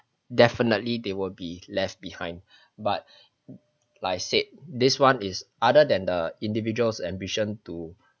definitely they will be left behind but like I said this [one] is other than the individual's ambition to